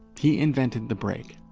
he invented the break.